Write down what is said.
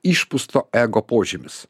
išpūsto ego požymis